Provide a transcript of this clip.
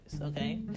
okay